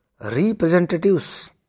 representatives